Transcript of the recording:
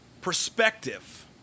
perspective